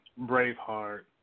Braveheart